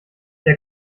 der